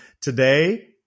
today